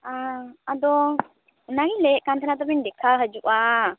ᱟᱫᱚ ᱚᱱᱟᱜᱮᱧ ᱞᱟᱹᱭᱮᱫ ᱠᱟᱱ ᱛᱟᱦᱮᱱᱟ ᱛᱚᱵᱮ ᱤᱧ ᱫᱮᱠᱷᱟᱣ ᱦᱟᱹᱡᱩᱜᱼᱟ